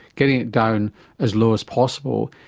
getting it down as low as possible,